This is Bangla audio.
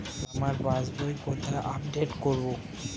আমার পাস বই কোথায় আপডেট করব?